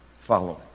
following